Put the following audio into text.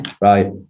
right